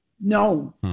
No